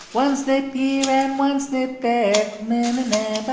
one snip here and one snip there. um and there, but